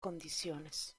condiciones